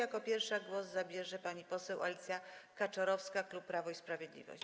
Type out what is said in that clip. Jako pierwsza głos zabierze pani poseł Alicja Kaczorowska, klub Prawo i Sprawiedliwość.